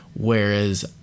Whereas